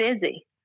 busy